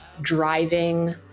driving